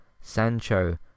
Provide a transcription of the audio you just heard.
Sancho